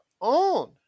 own